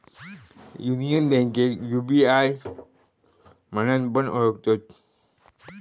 union बैंकेक U B I म्हणान पण ओळखतत